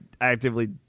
actively